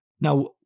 Now